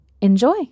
Enjoy